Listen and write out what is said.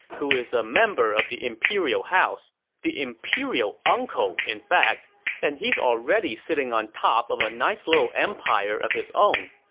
who is a member of the imperial house the imperial uncle, in fact and he's already sitting on top of a nice little empire of his own.